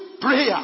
prayer